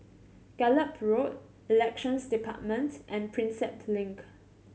Gallop Road Elections Department and Prinsep Link